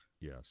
Yes